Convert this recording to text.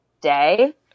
day